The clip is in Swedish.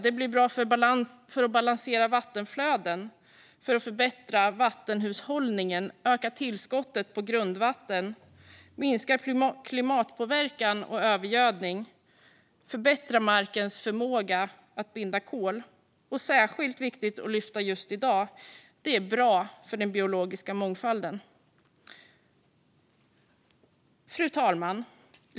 Satsningen är bra för att balansera vattenflöden, förbättra vattenhushållningen, öka tillskottet av grundvatten, minska klimatpåverkan och övergödning och förbättra markens förmåga att binda kol. Särskilt viktigt att lyfta just i dag är att den är bra för den biologiska mångfalden. Fru talman!